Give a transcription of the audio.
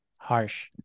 harsh